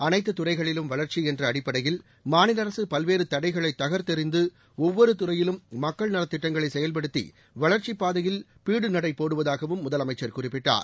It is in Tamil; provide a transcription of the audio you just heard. அனைத்துத் துறைகளிலும் வளர்ச்சி என்ற அடிப்படையில் மாநில அரசு பல்வேறு தடைகளை தகர்த்தெறிந்து ஒவ்வொரு துறையிலும் மக்கள் நலத் திட்டங்களை செயல்படுத்தி வளர்ச்சிப் பாதையில் பீடுநடை போடுவதகாவும் முதலமைச்சா் குறிப்பிட்டார்